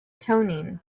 toning